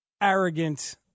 arrogant